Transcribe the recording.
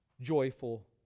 joyful